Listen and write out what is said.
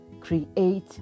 create